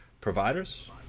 providers